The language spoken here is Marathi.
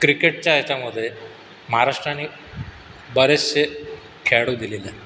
क्रिकेटच्या याच्यामध्ये महाराष्ट्राने बरेचसे खेळाडू दिलेला आहे